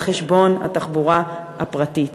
על חשבון התחבורה הפרטית.